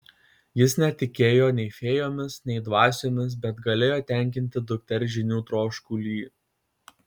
jis netikėjo nei fėjomis nei dvasiomis bet galėjo tenkinti dukters žinių troškulį